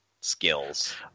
skills